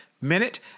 minute